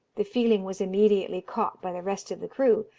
the feeling was immediately caught by the rest of the crew,